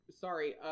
sorry